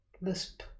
lisp